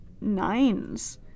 nines